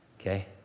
okay